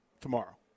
tomorrow